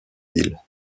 ville